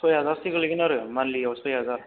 सइ हाजारसो गोलैगोन आरो मान्थलियाव सइ हाजार